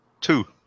Two